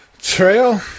Trail